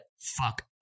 fuck